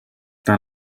tant